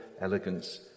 elegance